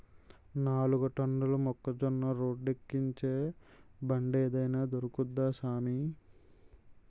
నాలుగు టన్నుల మొక్కజొన్న రోడ్డేక్కించే బండేదైన దొరుకుద్దా సామీ